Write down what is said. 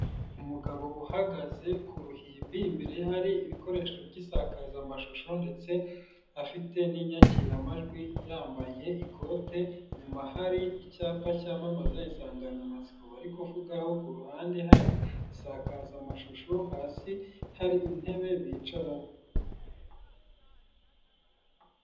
Umugabo uhagaze ku ruhimbi, imbere ye hari ibikoresho by'isakazamashusho ndetse afite n'inyakiramajwi, yambaye ikote, inyuma hari icyapa cyamamaza insanganyamatsiko bari kuvugaho, ku ruhande hari isakazamashusho, hasi hari intebe bicaramo.